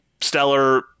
stellar